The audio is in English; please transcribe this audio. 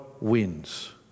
wins